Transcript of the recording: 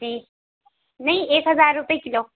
جی نہیں ایک ہزار روپئے کلو